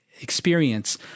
experience